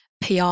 PR